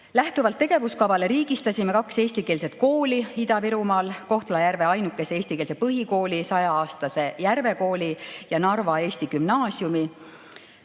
Lähtuvalt tegevuskavast riigistasime kaks eestikeelset kooli Ida-Virumaal, Kohtla-Järve ainukese eestikeelse põhikooli, 100-aastase Järve Kooli ja Narva Eesti Gümnaasiumi.